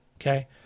Okay